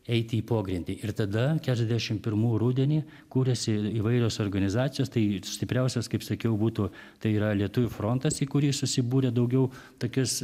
eiti į pogrindį ir tada keturiasdešimt pirmų rudenį kūrėsi įvairios organizacijos tai stipriausios kaip sakiau būtų tai yra lietuvių frontas į kurį susibūrė daugiau tokis